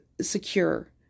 secure